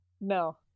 No